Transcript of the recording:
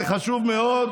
זה חשוב מאוד,